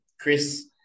Chris